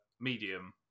medium